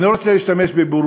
אני לא רוצה להשתמש ב"בורות",